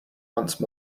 once